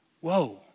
whoa